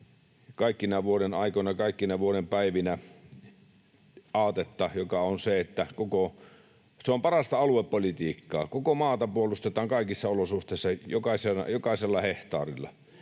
kaikkina vuodenaikoina kaikkina vuoden päivinä aatetta, joka on parasta aluepolitiikkaa: koko maata puolustetaan kaikissa olosuhteissa jokaisella hehtaarilla.